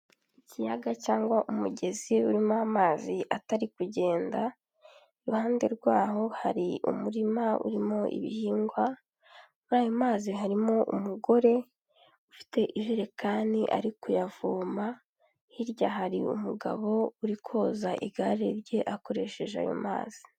Ikiyaga cyangwa umugezi urimo amazi atari kugenda, iruhande rwaho hari umurima urimo ibihingwa, muri ayo mazi harimo umugore ufite ijerekani ari kuyavoma, hirya hari umugabo uri koza igare rye akoresheje ayo mazi.